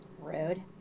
Rude